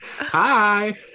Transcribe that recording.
Hi